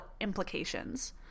implications